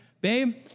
babe